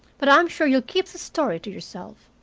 but i'm sure you'll keep the story to yourself.